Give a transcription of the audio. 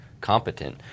competent